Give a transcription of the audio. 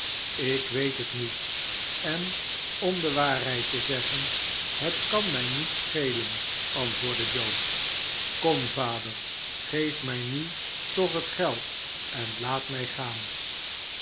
ik weet het niet en om de waarheid te zeggen het kan mij niet schelen antwoordde joe kom vader geef mij nu toch het geld en laat mij gaan